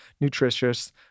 nutritious